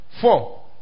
four